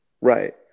right